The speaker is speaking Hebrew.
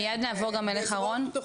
מיד נעבור גם אליך, רון.